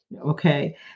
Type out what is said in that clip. Okay